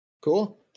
Cool